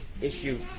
issue